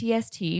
TST